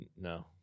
no